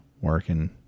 working